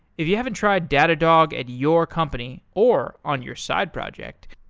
if you haven't tried datadog at your company or on your side project,